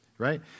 right